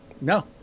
no